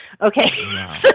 Okay